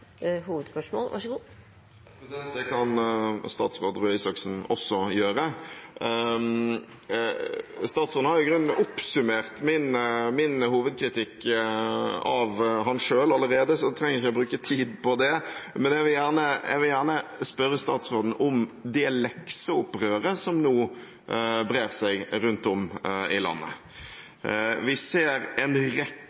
hovedspørsmål. Det kan statsråd Røe Isaksen også! Statsråden har i grunnen oppsummert min hovedkritikk av ham selv allerede, så jeg trenger ikke å bruke tid på det. Men jeg vil gjerne spørre statsråden om det lekseopprøret som nå brer seg rundt om i